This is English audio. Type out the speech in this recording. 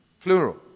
Plural